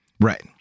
Right